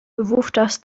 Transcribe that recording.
wówczas